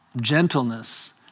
gentleness